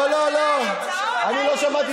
לא, לא, לא, אני לא שמעתי